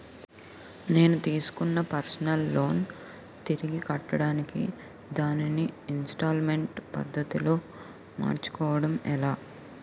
నేను తిస్కున్న personal loan తిరిగి కట్టడానికి దానిని ఇంస్తాల్మేంట్ పద్ధతి లో మార్చుకోవడం ఎలా?